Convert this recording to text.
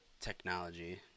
technology